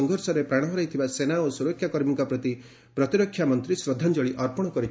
ସଂଘର୍ଷରେ ପ୍ରାଣ ହରାଇଥିବା ସେନା ଓ ସୁରକ୍ଷା କର୍ମୀଙ୍କ ପ୍ରତି ପ୍ରତିରକ୍ଷା ମନ୍ତ୍ରୀ ଶ୍ରଦ୍ଧାଞ୍ଜଳି ଅର୍ପଣ କରିଛନ୍ତି